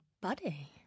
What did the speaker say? Buddy